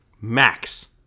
Max